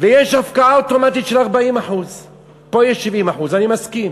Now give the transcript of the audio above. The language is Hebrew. ויש הפקעה אוטומטית של 40%. פה יש 70%. אני מסכים.